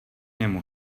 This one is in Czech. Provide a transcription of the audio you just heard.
němu